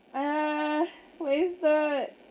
ah wasted